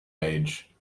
age